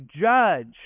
judge